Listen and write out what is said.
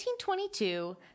1922